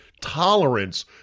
tolerance